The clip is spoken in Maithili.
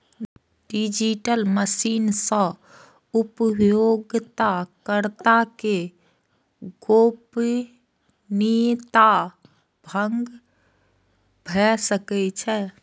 डिजिटल मनी सं उपयोगकर्ता के गोपनीयता भंग भए सकैए